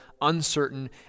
uncertain